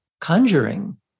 conjuring